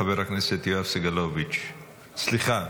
חבר הכנסת יואב סגלוביץ'; סליחה,